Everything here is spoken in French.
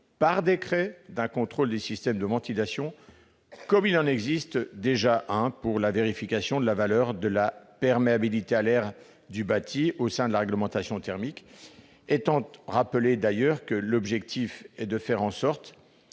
par décret d'un contrôle des systèmes de ventilation, comme il en existe déjà un pour ce qui concerne la vérification de la valeur de la perméabilité à l'air du bâti au sein de la réglementation thermique, étant rappelé que l'objectif n'est pas d'ajouter